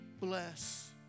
bless